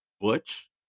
Butch